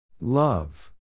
Love